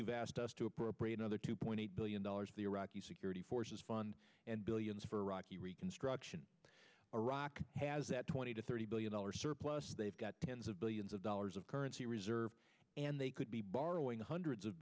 you've asked us to appropriate another two point eight billion dollars the iraqi security forces fund and as for iraqi reconstruction iraq has that twenty to thirty billion dollar surplus they've got tens of billions of dollars of currency reserves and they could be borrowing hundreds of